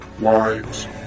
wives